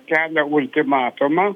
kelia ultimatumą